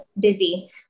busy